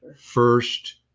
first